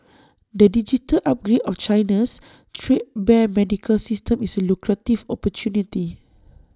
the digital upgrade of China's threadbare medical system is A lucrative opportunity